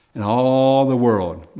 and all the world